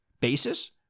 basis